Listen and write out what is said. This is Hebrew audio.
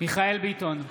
מיכאל מרדכי ביטון,